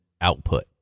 output